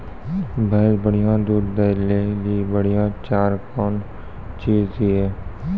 भैंस बढ़िया दूध दऽ ले ली बढ़िया चार कौन चीज दिए?